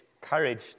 courage